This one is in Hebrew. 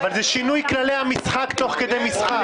אבל זה שינוי כללי המשחק תוך כדי משחק.